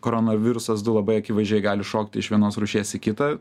koronavirusas du labai akivaizdžiai gali šokti iš vienos rūšies į kitą